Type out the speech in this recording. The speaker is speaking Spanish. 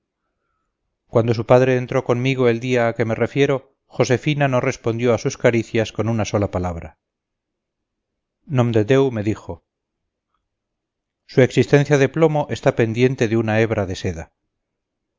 cuando su padre entró conmigo el día a que me refiero josefina no respondió a sus caricias con una sola palabra nomdedeu me dijo su existencia de plomo está pendiente de una hebra de seda